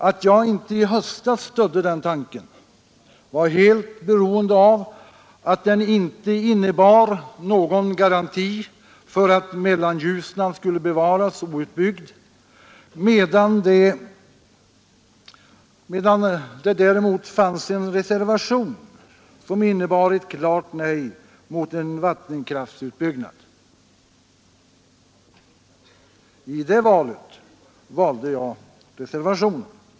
Att jag inte i höstas stödde den tanken var helt beroende av att den inte innebar någon garanti för att Mellanljusnan skulle bevaras outbyggd, medan det däremot fanns en reservation som innebar ett klart nej till en vattenkraftsutbyggnad. Jag valde då reservationen.